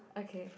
okay